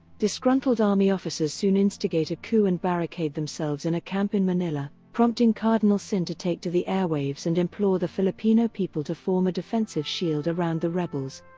disgruntled army officers soon instigate a coup and barricade themselves in a camp in manila, prompting cardinal sin to take to the airwaves and implore the filipino people to form a defensive shield around the rebels.